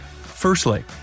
Firstly